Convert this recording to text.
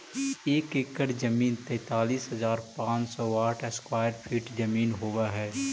एक एकड़ जमीन तैंतालीस हजार पांच सौ साठ स्क्वायर फीट जमीन होव हई